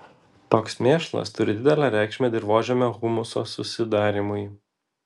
toks mėšlas turi didelę reikšmę dirvožemio humuso susidarymui